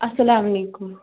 اَسلام علیکُم